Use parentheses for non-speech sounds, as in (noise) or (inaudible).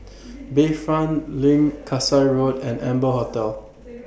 Bayfront LINK Kasai Road and Amber Hotel (noise)